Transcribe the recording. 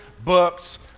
books